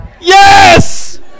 Yes